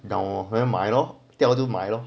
等我没买咯掉就买了